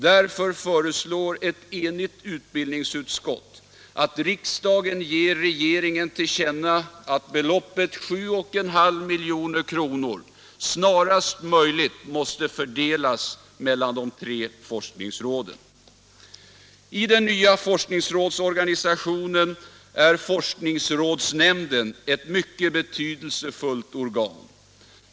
Därför föreslår ett enigt utbildningsutskott att riksdagen ger regeringen till känna att beloppet, 7,5 milj.kr., snarast möjligt måtte fördelas mellan de tre forskningsråden. I den nya forskningsrådsorganisationen är forskningsrådsnämnden ett mycket betydelsefullt organ.